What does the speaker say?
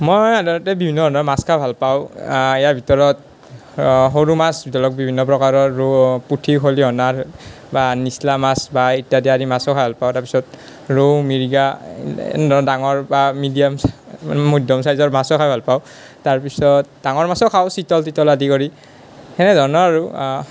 মই সাধাৰণতে বিভিন্ন ধৰণৰ মাছ খাই ভাল পাওঁ ইয়াৰ ভিতৰত সৰু মাছ ধৰি লওক বিভিন্ন প্ৰকাৰৰ ৰৌ পুঠি খলিহনাৰ বা নিচলা মাছ বা ইত্যাদি আদি মাছো ভাল পাওঁ তাৰ পিছত ৰৌ মিৰ্গা এনে ধৰণৰ ডাঙৰ বা মিডিয়াম মধ্যম চাইজৰ মাছো খাই ভাল পাওঁ তাৰ পিছত ডাঙৰ মাছো খাওঁ চিতল তিতল আদি কৰি সেনেধৰণৰ আৰু